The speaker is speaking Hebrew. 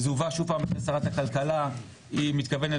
זה הובא שוב פעם לשרת הכלכלה והיא מתכוונת